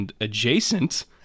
adjacent